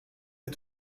vas